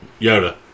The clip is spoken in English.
Yoda